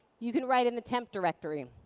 you can write in the temp directory.